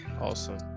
awesome